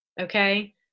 Okay